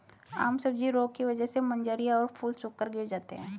आम सब्जी रोग की वजह से मंजरियां और फूल सूखकर गिर जाते हैं